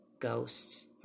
ghosts